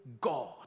God